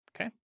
okay